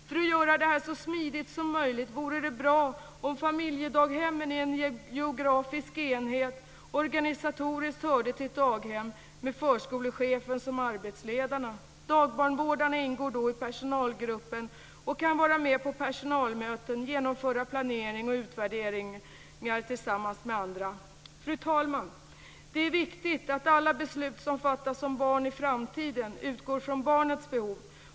För att göra detta så smidigt som möjligt vore det bra om familjedaghemmen i en geografisk enhet organisatoriskt hörde till ett daghem med förskolechefen som arbetsledare. Dagbarnvårdarna ingår då i personalgruppen, kan vara med på personalmöten samt genomföra planering och utvärdering tillsammans med andra. Fru talman! Det är viktigt att alla beslut som fattas om barn i framtiden utgår från barnets behov.